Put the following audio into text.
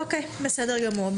בסדר גמור.